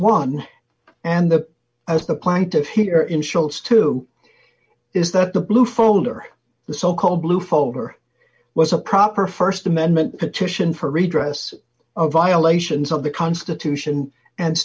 one and the as the plight of here in shoals two is that the blue folder the so called blue folder was a proper st amendment petition for redress of violations of the constitution and